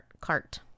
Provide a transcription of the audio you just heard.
cart